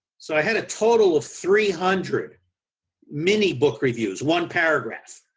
so i had a total of three hundred mini book reviews, one paragraph.